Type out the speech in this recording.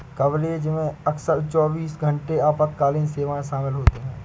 coverage में अक्सर चौबीस घंटे आपातकालीन सेवाएं शामिल होती हैं